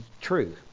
True